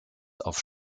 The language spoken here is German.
auf